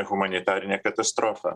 humanitarine katastrofa